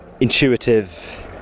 intuitive